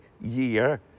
year